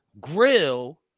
grill